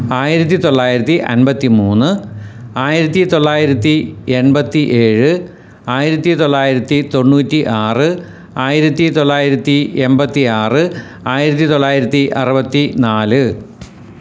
ആയിരത്തി തൊള്ളായിരത്തി അമ്പത്തി മൂന്ന് ആയിരത്തി തൊള്ളായിരത്തി എൺപത്തി ഏഴ് ആയിരത്തി തൊള്ളായിരത്തി തൊണ്ണൂറ്റി ആറ് ആയിരത്തി തൊള്ളായിരത്തി എൺപത്തി ആറ് ആയിരത്തി തൊള്ളായിരത്തി അറുപത്തി നാല്